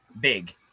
big